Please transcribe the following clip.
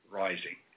rising